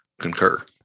concur